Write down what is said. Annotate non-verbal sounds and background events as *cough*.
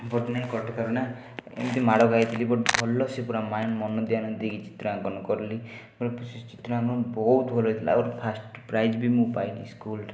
*unintelligible* ଏମିତି ମାଡ଼ ଖାଇଥିଲି ଭଲସେ ପୁରା ମାଇନ୍ଡ ମନଧ୍ୟାନ ଦେଇକି ଚିତ୍ରାଙ୍କନ କଲି ଚିତ୍ରାଙ୍କନ ବହୁତ ଭଲ ହେଇଥିଲା ଆଉ ଫାଷ୍ଟ ପ୍ରାଇଜ୍ ବି ମୁଁ ପାଇଲି ସ୍କୁଲ୍ରେ